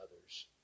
others